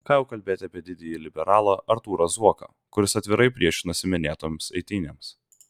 ką jau kalbėti apie didįjį liberalą artūrą zuoką kuris atvirai priešinosi minėtoms eitynėms